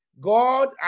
God